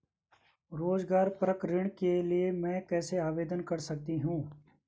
रोज़गार परक ऋण के लिए मैं कैसे आवेदन कर सकतीं हूँ?